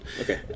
Okay